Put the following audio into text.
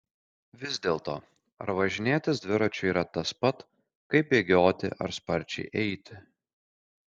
vis dėlto ar važinėtis dviračiu yra tas pat kaip bėgioti ar sparčiai eiti